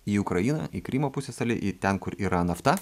į ukrainą į krymo pusiasalį į ten kur yra nafta